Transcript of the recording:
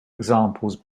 examples